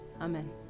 Amen